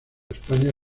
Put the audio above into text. españa